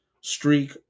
streak